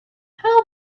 how